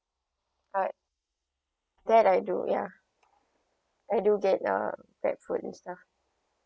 alright that I do ya I do get uh Grabfood and stuff